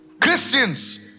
Christians